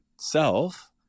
self